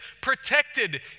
protected